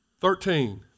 Thirteen